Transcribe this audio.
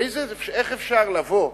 איך אפשר לבוא,